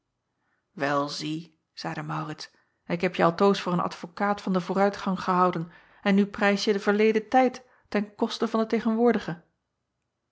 el zie zeide aurits ik hebje altoos voor een advokaat van den vooruitgang gehouden en nu prijsje den verleden tijd ten koste van den tegenwoordigen